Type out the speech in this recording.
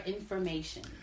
Information